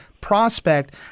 prospect